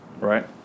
right